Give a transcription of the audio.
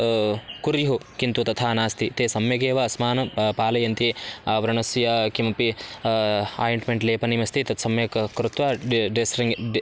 कुर्युः किन्तु तथा नास्ति ते सम्यगेव अस्मानं प पालयन्ति व्रणस्य किमपि आयिण्ट्मेण्ट् लेपनीयमस्ति तत् सम्यक् कृत्वा डे डेस्रिङ्ग् डे